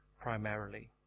primarily